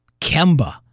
Kemba